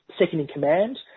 second-in-command